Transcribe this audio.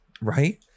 right